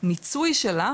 שהמיצוי שלה,